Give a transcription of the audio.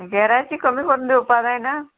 गियराची कमी करून दिवपा जायना